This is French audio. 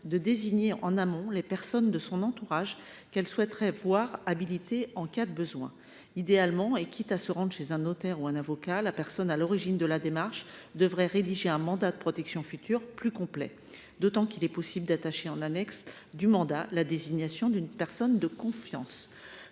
de désigner en amont les personnes de son entourage qu’il souhaiterait voir habilitées en cas de besoin. Idéalement, et quitte à se rendre chez un notaire ou un avocat, la personne à l’origine de la démarche devrait rédiger un mandat de protection future plus complet, d’autant qu’il est possible de désigner, en annexe du mandat, une personne de confiance.